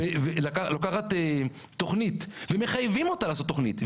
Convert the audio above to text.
לוקחת תכנית ומחייבים אותה לעשות תכנית.